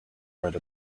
write